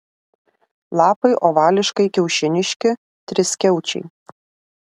lapai ovališkai kiaušiniški triskiaučiai